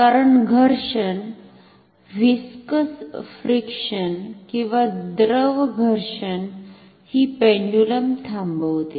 कारण घर्षण viscous friction किंवा द्रव घर्षण ही पेंडुलम थांबवते